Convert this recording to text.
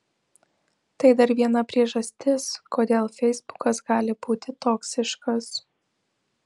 tai dar viena priežastis kodėl feisbukas gali būti toksiškas